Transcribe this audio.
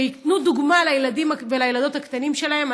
שייתנו דוגמה לילדים ולילדות הקטנים שלהם,